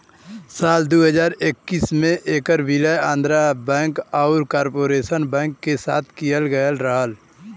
साल दू हज़ार इक्कीस में ऐकर विलय आंध्रा बैंक आउर कॉर्पोरेशन बैंक के साथ किहल गयल रहल